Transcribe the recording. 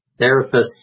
Therapists